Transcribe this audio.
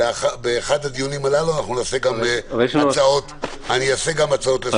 באחד הדיונים הללו אני אתן הצעות לסדר.